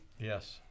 Yes